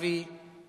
כמו רבים מחברי,